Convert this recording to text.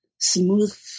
smooth